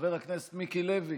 חבר הכנסת מיקי לוי.